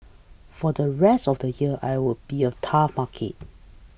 for the rest of the year I will be a tough market